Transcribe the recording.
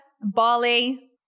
Bali